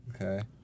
Okay